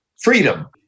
freedom